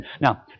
Now